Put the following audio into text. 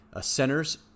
centers